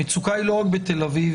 המצוקה היא לא רק בתל אביב,